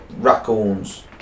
Raccoons